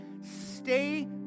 Stay